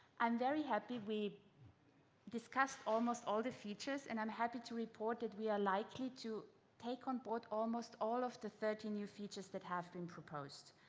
i'm very happy, we discuss almost all the features, and i'm happy to report that we are likely to take on board almost all of the thirteen new features that have been proposed.